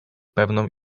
pewną